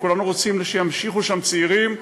וכולנו רוצים שימשיכו לשרת שם צעירים,